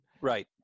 Right